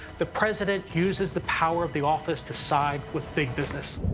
the president uses the power of the office to side with big business.